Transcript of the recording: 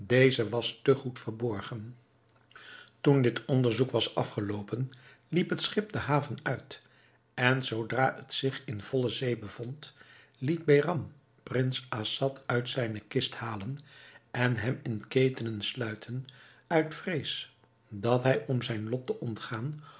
deze was te goed verborgen toen dit onderzoek was afgeloopen liep het schip de haven uit en zoodra het zich in volle zee bevond liet behram prins assad uit zijne kist halen en hem in ketenen sluiten uit vrees dat hij om zijn lot te ontgaan